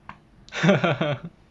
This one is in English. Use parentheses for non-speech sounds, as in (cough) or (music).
(laughs)